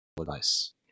advice